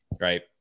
right